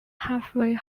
halfway